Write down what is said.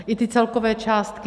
I ty celkové částky.